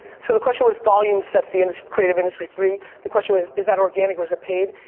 so the question was, volume sets the and the creative industry free, the question was is that organic or is it paid?